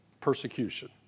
persecution